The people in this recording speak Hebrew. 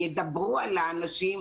ידברו על האנשים,